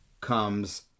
comes